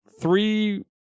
three